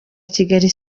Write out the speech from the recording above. kigali